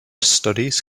studies